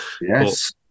Yes